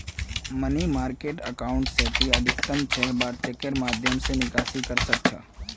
money market account स ती अधिकतम छह बार चेकेर माध्यम स निकासी कर सख छ